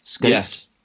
yes